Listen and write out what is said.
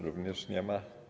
Również nie ma.